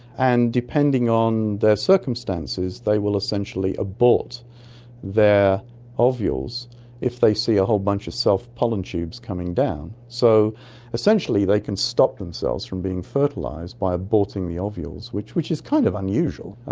and depending on their circumstances they will essentially abort their ovules if they see a whole bunch of self pollen tubes coming down. so essentially they can stop themselves from being fertilised by aborting the ovules, which which is kind of unusual.